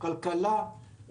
כלכלה,